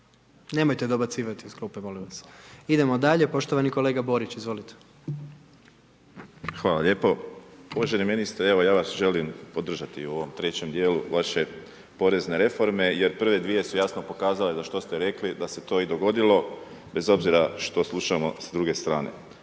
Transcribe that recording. Nemojte dobacivati iz klupe, molim vas. Idemo dalje, poštovani kolega Borić, izvolite. **Borić, Josip (HDZ)** Hvala lijepo. Uvaženi ministre, evo ja vas želim podržati u ovom treće, djelu vaše porezne reforme jer prve dvije su jasno pokazale da što ste rekli da se to i dogodilo bez obzira što slušamo s druge strane.